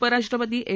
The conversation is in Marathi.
उपराष्ट्रपती एम